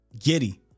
giddy